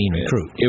recruit